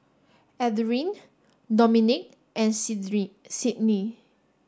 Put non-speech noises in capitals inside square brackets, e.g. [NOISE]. Adriene Dominic and [UNINTELLIGIBLE] Sydnee